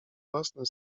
własny